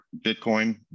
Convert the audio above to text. Bitcoin